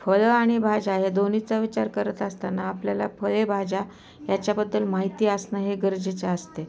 फळ आणि भाज्या हे दोन्हीचा विचार करत असताना आपल्याला फळे भाज्या याच्याबद्दल माहिती असणं हे गरजेचे असते